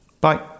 Bye